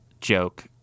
joke